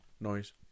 noise